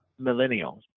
millennials